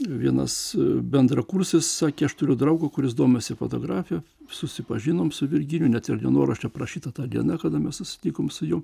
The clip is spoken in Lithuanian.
vienas bendrakursis sakė aš turiu draugą kuris domisi fotografija susipažinom su virginiu net ir dienorašty aprašyta ta diena kada mes susitikome su juo